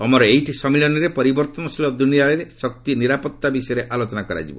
ଅମର eight ସମ୍ମିଳନୀରେ ପରିବର୍ତ୍ତନଶୀଳ ଦୁନିଆରେ ଶକ୍ତି ନିରାପତ୍ତା ବିଷୟରେ ଆଲୋଚନା ହେବ